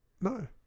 No